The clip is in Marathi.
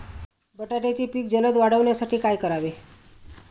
बटाट्याचे पीक जलद वाढवण्यासाठी काय करावे?